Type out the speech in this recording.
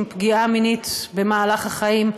אם פגיעה מינית במהלך החיים,